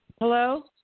Hello